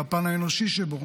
לפן האנושי שבה,